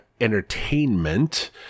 entertainment